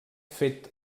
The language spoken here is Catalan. fet